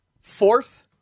fourth